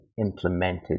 implemented